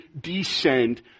descend